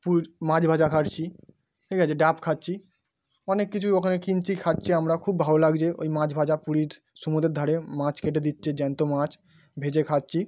পুর মাছ ভাজা খাচ্ছি ঠিক আছে ডাব খাচ্ছি অনেক কিছুই ওখানে কিনছি খাচ্ছি আমরা খুব ভালো লাগছে ওই মাছ ভাজা পুরীর সমুদ্রের ধারে মাচ কেটে দিচ্ছে জ্যান্ত মাছ ভেজে খাচ্চি